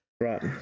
Right